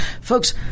folks